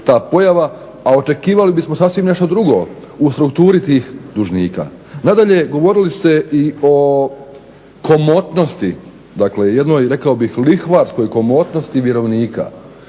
ta pojava a očekivali bismo sasvim nešto drugo u strukturi tih dužnika. Nadalje, govorili ste i o komotnosti, dakle jednoj rekao bih lihvarskoj komotnosti vjerovnika.